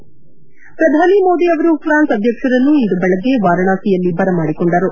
ಶ್ರಧಾನಿ ಮೋದಿ ಅವರು ಫ್ರಾನ್ಸ್ ಅಧ್ಯಕ್ಷರನ್ನು ಇಂದು ಬೇಗ್ಗೆ ವಾರಣಾಸಿಯಲ್ಲಿ ಬರಮಾಡಿಕೊಂಡರು